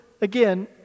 again